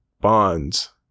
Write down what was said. bonds